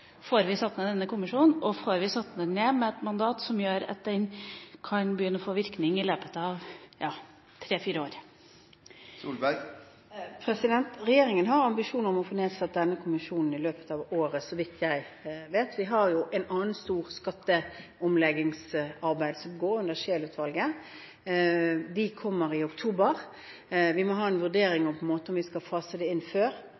får vi satt ned denne kommisjonen? Og får vi satt den ned med et mandat som gjør at den kan begynne å få virkning i løpet av tre–fire år? Regjeringen har ambisjoner om å få nedsatt denne kommisjonen i løpet av året, så vidt jeg vet. Vi har jo et annet stort skatteomleggingsarbeid gående, i Scheel-utvalget. Det kommer i oktober. Vi må ha en vurdering om vi skal fase det inn før,